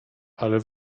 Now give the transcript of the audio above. ale